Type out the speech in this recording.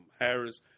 Harris